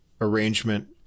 arrangement